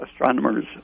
astronomers